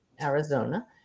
Arizona